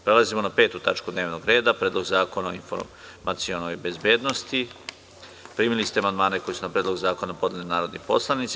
Prelazimo na 5. tačku dnevnog reda – PREDLOG ZAKONA O INFORMACIONOJ BEZBEDNOSTI Primili ste amandmane koje su na Predlog zakona podneli narodni poslanici.